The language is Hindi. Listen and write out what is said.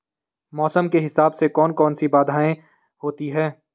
मौसम के हिसाब से कौन कौन सी बाधाएं होती हैं?